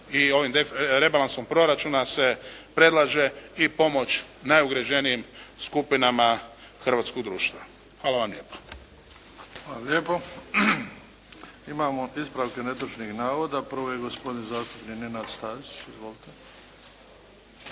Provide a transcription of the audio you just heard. i ovim rebalansom proračuna se predlaže i pomoć najugroženijim skupinama hrvatskog društva. Hvala vam lijepa. **Bebić, Luka (HDZ)** Hvala lijepo. Imamo ispravke netočnih navoda. Prvo je gospodin zastupnik Nenad Stazić. Izvolite.